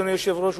אדוני היושב-ראש,